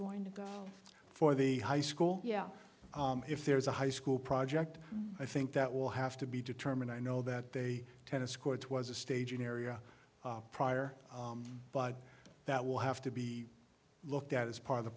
going to go for the high school yeah if there's a high school project i think that will have to be determined i know that they tennis courts was a staging area prior but that will have to be looked at as part of the